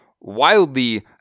wildly